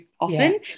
often